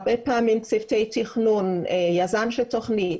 הרבה פעמים צוותי תכנון, יזם של תוכנית,